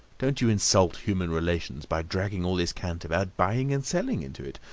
don't you insult human relations by dragging all this cant about buying and selling into it.